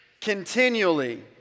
continually